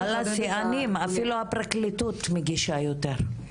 וואלה שיאנים, אפילו הפרקליטות מגישה יותר.